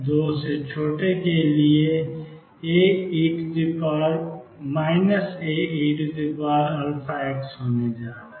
और यह xL2 के लिए A eαx होने जा रहा है